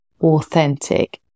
authentic